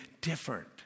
different